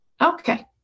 okay